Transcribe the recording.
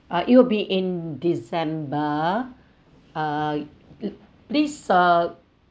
ah it will be in december uh please uh